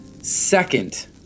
Second